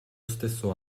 stesso